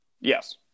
Yes